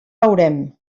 veurem